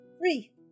three